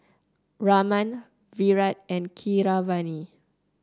Raman Virat and Keeravani